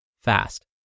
fast